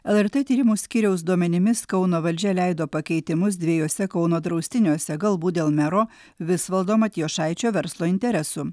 lrt tyrimų skyriaus duomenimis kauno valdžia leido pakeitimus dviejuose kauno draustiniuose galbūt dėl mero visvaldo matijošaičio verslo interesų